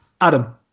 adam